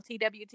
TWT